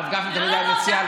הרב גפני תמיד היה מציע,